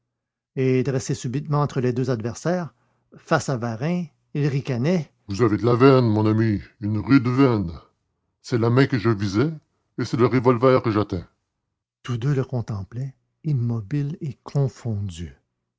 et dressé subitement entre les deux adversaires face à varin il ricanait vous avez de la veine mon ami une rude veine c'est la main que je visais et c'est le revolver que j'atteins tous deux le contemplaient immobiles et confondus